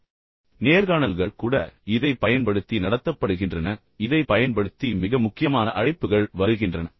எனவே நான் சொன்னது போல் சில நேரங்களில் நேர்காணல்கள் கூட இதைப் பயன்படுத்தி நடத்தப்படுகின்றன இதைப் பயன்படுத்தி மிக முக்கியமான அழைப்புகள் வருகின்றன